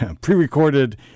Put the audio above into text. pre-recorded